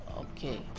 okay